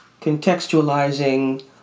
contextualizing